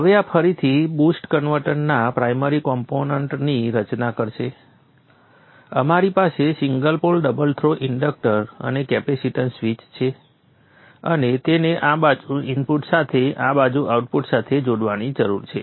હવે આ ફરીથી બુસ્ટ કન્વર્ટરના પ્રાઇમરી કોમ્પોનેન્ટ્સની રચના કરશે અમારી પાસે single pole double throw inductor અને કેપેસીટન્સ સ્વીચ છે અને તેને આ બાજુ ઇનપુટ સાથે આ બાજુ આઉટપુટ સાથે જોડવાની જરૂર છે